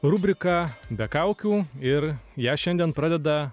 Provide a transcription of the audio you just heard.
rubrika be kaukių ir ją šiandien pradeda